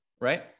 right